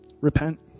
Repent